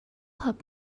pup